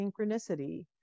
synchronicity